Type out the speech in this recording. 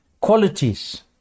qualities